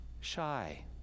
shy